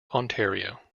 ontario